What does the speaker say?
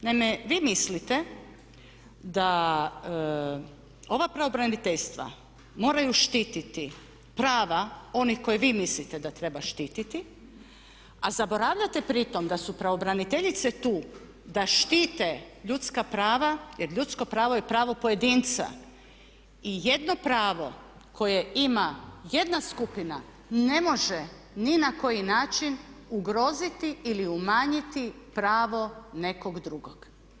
Naime, vi mislite da ova pravobraniteljstva moraju štititi prava onih koje vi mislite da treba štititi a zaboravljate pritom da su pravobraniteljice tu da štite ljudska prava jer ljudsko pravo je pravo pojedinca i jedno pravo koje ima jedna skupina ne može ni na koji način ugroziti ili umanjiti pravo nekog drugog.